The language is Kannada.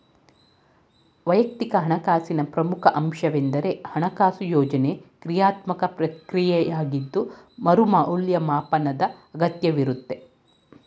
ವೈಯಕ್ತಿಕ ಹಣಕಾಸಿನ ಪ್ರಮುಖ ಅಂಶವೆಂದ್ರೆ ಹಣಕಾಸು ಯೋಜ್ನೆ ಕ್ರಿಯಾತ್ಮಕ ಪ್ರಕ್ರಿಯೆಯಾಗಿದ್ದು ಮರು ಮೌಲ್ಯಮಾಪನದ ಅಗತ್ಯವಿರುತ್ತೆ